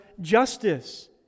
justice